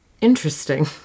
interesting